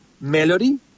melody